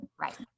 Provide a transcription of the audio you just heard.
Right